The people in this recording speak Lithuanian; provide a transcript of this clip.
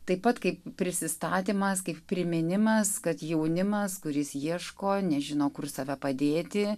taip pat kaip prisistatymas kaip priminimas kad jaunimas kuris ieško nežino kur save padėti